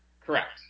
correct